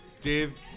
Dave